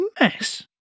mess